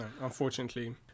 unfortunately